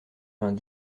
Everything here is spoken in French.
vingt